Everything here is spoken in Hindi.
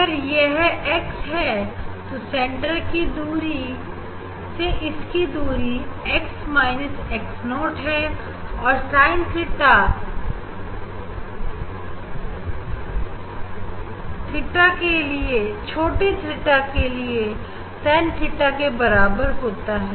अगर यह x है तो सेंटर से इसकी दूरी x x0 है और Sin theta छोटी theta के लिए tan theta के बराबर होता है